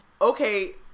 okay